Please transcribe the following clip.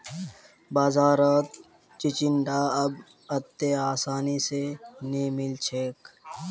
बाजारत चिचिण्डा अब अत्ते आसानी स नइ मिल छेक